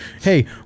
Hey